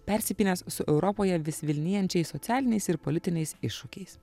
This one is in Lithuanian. persipynęs su europoje vis vilnijančiais socialiniais ir politiniais iššūkiais